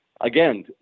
again